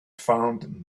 found